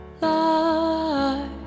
life